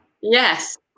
yes